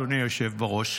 אדוני היושב בראש.